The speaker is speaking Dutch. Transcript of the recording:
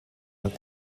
een